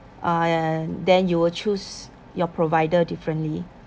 uh and then you will choose your provider differently